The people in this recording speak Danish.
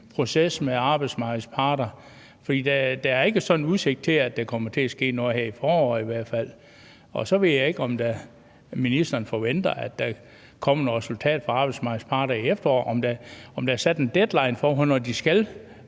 proces med arbejdsmarkedets parter, for der er ikke sådan udsigt til, at der kommer til at ske noget her i foråret i hvert fald. Og så ved jeg ikke, om ministeren forventer, at der kommer noget resultat fra arbejdsmarkedets parter til efteråret, altså om der er sat en deadline for, hvornår de skal